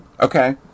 okay